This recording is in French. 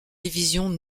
division